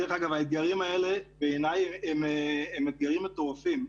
דרך אגב, האתגרים האלה בעיניי הם אתגרים מטורפים.